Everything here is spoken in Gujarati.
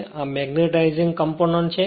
અને આ મેગ્નેટાઇઝિંગ કોમ્પોનન્ટ છે